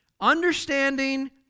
Understanding